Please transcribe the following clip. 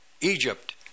Egypt